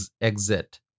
exit